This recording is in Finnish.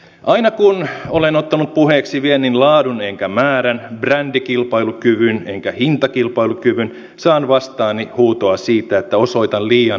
aina kun olen ottanut puheeksi viennin laadun enkä määrää brändikilpailukyvyn enkä hintakilpailukykyä saan vastaani huutoa siitä että osoitan liian hellää mieltä